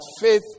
faith